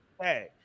hey